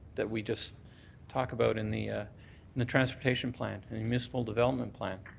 that we just talk about in the ah and the transportation plan, and the municipal development plan,